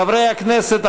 חברי הכנסת,